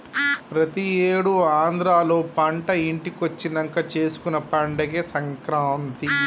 ప్రతి ఏడు ఆంధ్రాలో పంట ఇంటికొచ్చినంక చేసుకునే పండగే సంక్రాంతి